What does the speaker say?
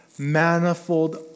Manifold